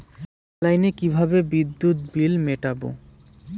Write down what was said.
অনলাইনে কিভাবে বিদ্যুৎ বিল মেটাবো?